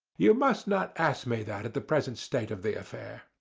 you must not ask me that at the present state of the affair.